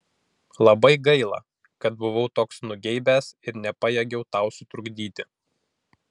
labai gaila kad buvau toks nugeibęs ir nepajėgiau tau sutrukdyti